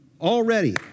Already